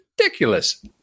ridiculous